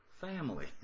family